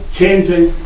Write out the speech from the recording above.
changing